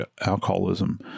alcoholism